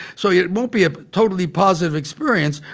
so yeah it won't be a totally positive experience,